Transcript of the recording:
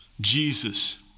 Jesus